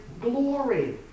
glory